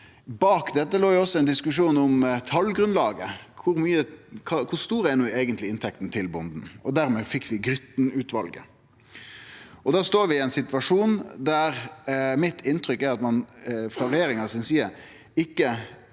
Bak dette låg også ein diskusjon om talgrunnlaget. Kor stor er eigentleg inntekta til bonden? Dermed fekk vi Grytten-utvalet. Da står vi i ein situasjon der mitt inntrykk er at ein frå regjeringa si side ikkje